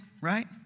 right